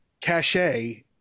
cachet